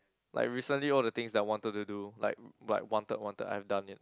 like recently all the things that I wanted to do like like wanted wanted I've done it